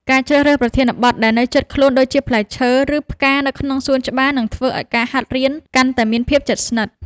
ការជ្រើសរើសប្រធានបទដែលនៅជិតខ្លួនដូចជាផ្លែឈើ ឬ ផ្កានៅក្នុងសួនច្បារនឹងធ្វើឱ្យការហាត់រៀនកាន់តែមានភាពជិតស្និទ្ធ។